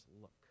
look